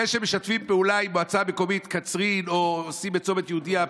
זה שמשתפים פעולה עם מועצה מקומית קצרין או עושים פיתוח בצומת יהודייה,